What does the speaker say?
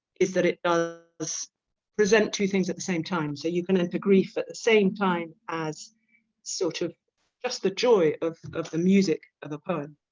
is that it does present two things at the same time so you can enter grief at the same time as sort of just the joy of of the music of a poem